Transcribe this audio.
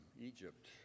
Egypt